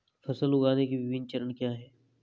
फसल उगाने के विभिन्न चरण क्या हैं?